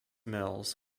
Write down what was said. mills